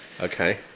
Okay